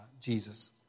Jesus